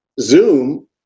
Zoom